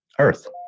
earth